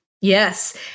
Yes